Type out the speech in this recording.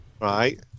Right